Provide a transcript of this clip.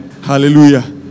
Hallelujah